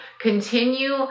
continue